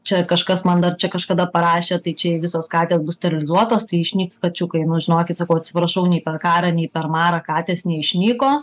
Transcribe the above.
čia kažkas man dar čia kažkada parašė tai čia jai visos katės bus sterilizuotos tai išnyks kačiukai nu žinokit sakau atsiprašau nei per karą nei per marą katės neišnyko